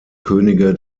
könige